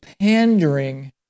pandering